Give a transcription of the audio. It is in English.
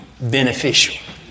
beneficial